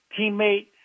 teammate